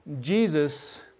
Jesus